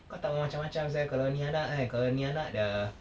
kau tak mahu macam-macam sia kalau ni anak kan kalau ni anak dah